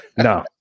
no